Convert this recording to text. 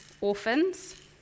orphans